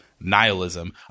nihilism